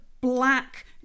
black